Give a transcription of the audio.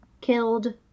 killed